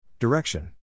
Direction